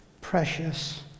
precious